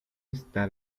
está